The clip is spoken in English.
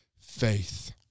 faith